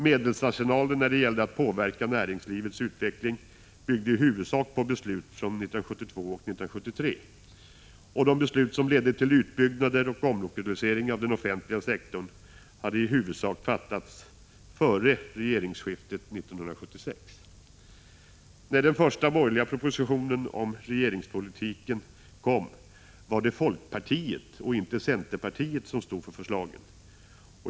Medelsarsenalen när det gällde att påverka näringslivets utveckling byggde i huvudsak på beslut från 1972 och 1973, och de beslut som ledde till utbyggnader och omlokalisering av den offentliga sektorn hade i huvudsak fattats före regeringsskiftet 1976. När den första borgerliga propositionen om regionalpolitiken kom var det folkpartiet och inte centerpartiet som stod för förslagen.